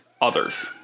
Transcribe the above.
others